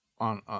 on